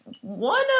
One